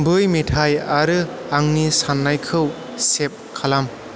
बै मेथाइ आरो आंनि सान्नायखौ सेभ खालाम